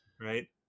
Right